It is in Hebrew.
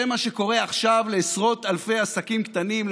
זה מה שקורה עכשיו לעשרות אלפי עסקים קטנים,